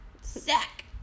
Sack